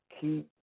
keep